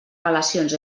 relacions